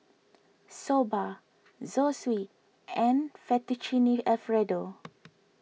Soba Zosui and Fettuccine Alfredo